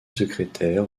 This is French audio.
secrétaire